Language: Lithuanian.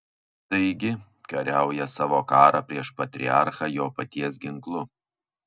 taigi kariauja savo karą prieš patriarchą jo paties ginklu